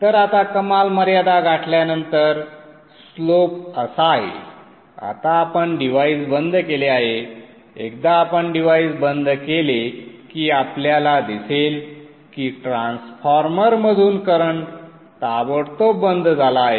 तर आता कमाल मर्यादा गाठल्यानंतर स्लोप असा आहे आता आपण डिव्हाइस बंद केले आहे एकदा आपण डिव्हाइस बंद केले की आपल्याला दिसेल की ट्रान्सफॉर्मरमधून करंट ताबडतोब बंद झाला आहे